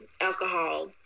alcohol